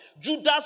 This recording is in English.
Judas